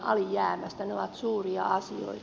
ne ovat suuria asioita